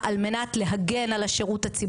שלא ראוי לתפוס את החבל בשני הצדדים